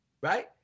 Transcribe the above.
right